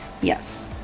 yes